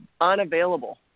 unavailable